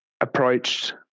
approached